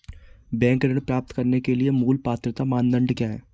Bank ऋण प्राप्त करने के लिए मूल पात्रता मानदंड क्या हैं?